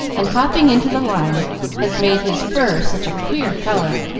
and hopping into the lime has made his fur such a queer color,